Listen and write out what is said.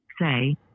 Say